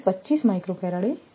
25 છે